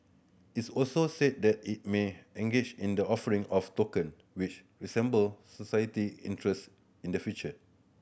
its also said that it may engage in the offering of token which resemble society interest in the future